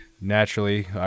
naturally